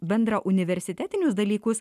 bendrauniversitetinius dalykus